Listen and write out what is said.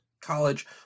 College